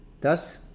Thus